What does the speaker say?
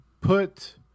put